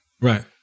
Right